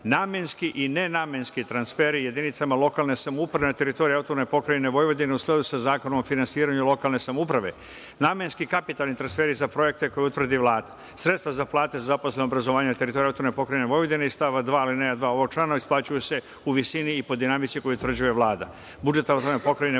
namenski i nenamenski transferi jedinicama lokalne samouprave na teritoriji AP Vojvodine u skladu sa Zakonom o finansiranju lokalne samouprave, namenski kapitalni transferi za projekte koje utvrdi Vlada, sredstva za plate za zaposlene u obrazovanju na teritoriji AP Vojvodine iz stava 2. alineja 2. ovog člana isplaćuju se u visini i po dinamici koju utvrđuje Vlada.